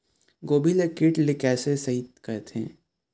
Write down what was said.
गोभी ल कीट ले कैसे सइत करथे?